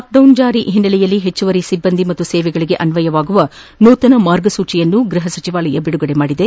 lockdown ಜಾರಿ ಹಿನ್ನೆಲೆಯಲ್ಲಿ ಹೆಚ್ಚುವರಿ ಸಿಬ್ಬಂದಿ ಮತ್ತು ಸೇವೆಗಳಿಗೆ ಅನ್ವಯವಾಗುವ ನೂತನ ಮಾರ್ಗಸೂಚಿಯನ್ನು ಗೃಹ ಸಚಿವಾಲಯ ಬಿಡುಗಡೆ ಮಾಡಿದೆ